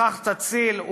בכך תציל,